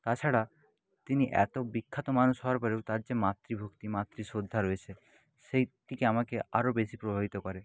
তাছাড়া তিনি এত বিখ্যাত মানুষ হওয়ার পরেও তার যে মাতৃভক্তি মাতৃ শ্রদ্ধা রয়েছে সেই দিকে আমাকে আরও বেশি প্রভাবিত করে